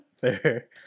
Fair